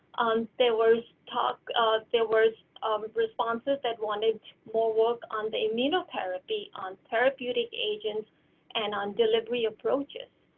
there was talk of there were responses that wanted more work on the immunotherapy on therapeutic agents and on delivery approaches.